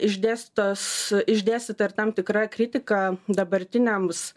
išdėstytos išdėstyta ir tam tikra kritika dabartiniams